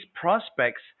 prospects